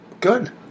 Good